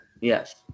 Yes